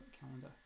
calendar